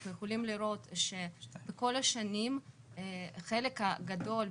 אנחנו יכולים לראות שבכל השנים חלק הגדול,